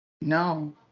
No